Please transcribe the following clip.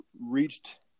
reached